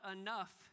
enough